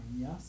yes